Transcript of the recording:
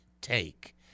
Take